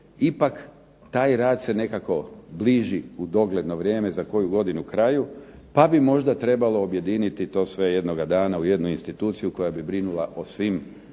ipak taj rad se nekako bliži u dogledno vrijeme, za koju godinu, kraju, pa bi možda trebalo objediniti to sve jednoga dana u jednu instituciju koja bi brinula o svim